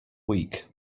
week